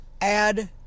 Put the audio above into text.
add